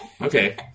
Okay